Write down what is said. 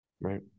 Right